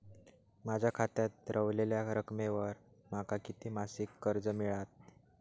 माझ्या खात्यात रव्हलेल्या रकमेवर माका किती मासिक कर्ज मिळात?